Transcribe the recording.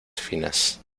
finas